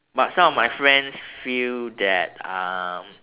but some of my friends feel that um